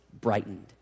brightened